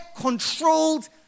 controlled